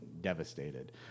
devastated